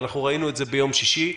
אנחנו ראינו את זה ביום שישי,